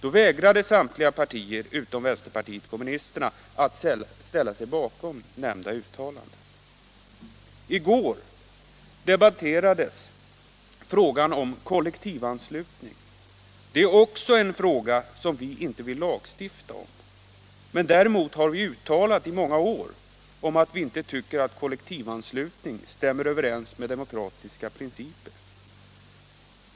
Då vägrade samtliga partier utom vänsterpartiet kommunisterna att ställa sig bakom nämnda uttalande. I går debatterades frågan om kollektivanslutning. Det är också en fråga som vi inte vill lagstifta om. Däremot har vi uttalat i många år att vi inte tycker att kollektivanslutning stämmer med demokratiska principer.